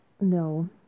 No